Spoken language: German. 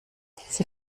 sie